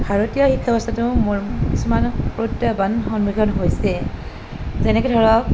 ভাৰতীয় শিক্ষা ব্যৱস্থাটো মূল কিছুমান প্ৰত্যাহ্বান সন্মুখীন হৈছে যেনেকৈ ধৰক